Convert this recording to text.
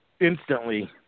instantly